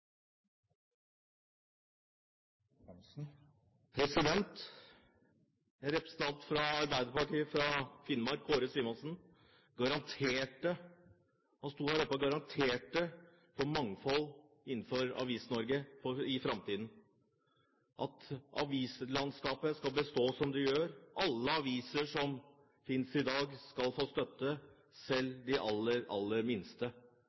En representant for Arbeiderpartiet fra Finnmark, Kåre Simensen, sto her oppe og garanterte for mangfold innenfor Avis-Norge i framtiden, at avislandskapet skal bestå som det gjør, og at alle aviser som fins i dag, skal få støtte, selv de aller, aller minste.